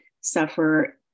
suffer